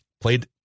played